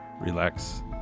relax